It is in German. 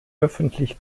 öffentlich